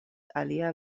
alia